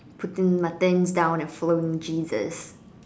putting muttons down the phone Jesus